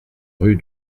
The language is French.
rue